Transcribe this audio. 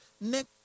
next